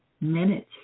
minutes